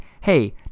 Hey